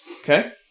Okay